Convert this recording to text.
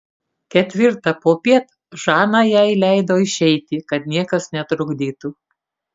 ketvirtą popiet žana jai leido išeiti kad niekas netrukdytų